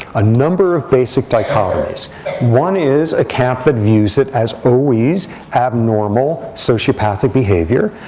a number of basic dichotomies one is a camp that views it as always abnormal sociopathic behavior.